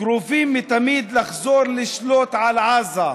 קרובים מתמיד לחזור לשלוט על עזה.